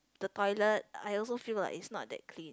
the toilet I also feel like it's not that clean